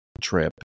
trip